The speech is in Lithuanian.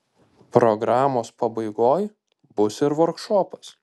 programos pabaigoj bus ir vorkšopas